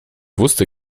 wusste